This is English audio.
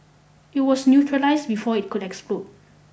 it was neutralise before it could explode